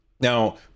Now